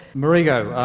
marigo,